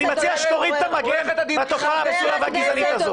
אני מציע שתוריד את המגן בתופעה הפסולה והגזענית הזאת.